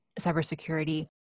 cybersecurity